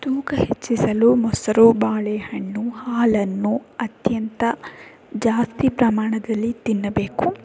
ತೂಕ ಹೆಚ್ಚಿಸಲು ಮೊಸರು ಬಾಳೆಹಣ್ಣು ಹಾಲನ್ನು ಅತ್ಯಂತ ಜಾಸ್ತಿ ಪ್ರಮಾಣದಲ್ಲಿ ತಿನ್ನಬೇಕು